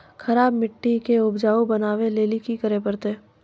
खराब मिट्टी के उपजाऊ बनावे लेली की करे परतै?